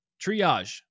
triage